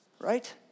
Right